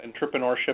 entrepreneurship